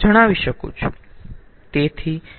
જણાવી શકું છું